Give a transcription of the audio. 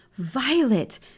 Violet